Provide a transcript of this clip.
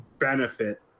Benefit